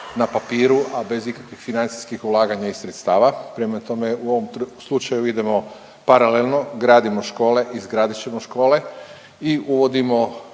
na papiru, a bez ikakvih financijskih ulaganja i sredstava. Prema tome, u ovom slučaju idemo paralelno, gradimo škole, izgradit ćemo škole i uvodimo